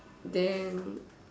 then